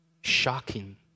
shocking